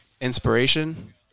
inspiration